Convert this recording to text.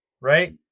right